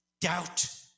doubt